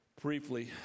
briefly